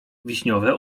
wiśniowe